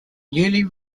newly